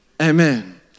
Amen